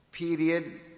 period